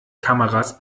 kameras